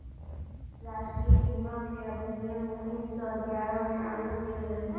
राष्ट्रीय बीमा केर अधिनियम उन्नीस सौ ग्यारह में आनल गेल रहे